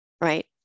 right